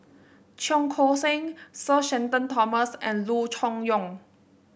Cheong Koon Seng Sir Shenton Thomas and Loo Choon Yong